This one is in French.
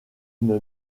une